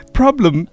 problem